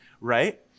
right